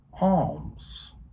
alms